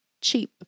cheap